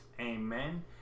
Amen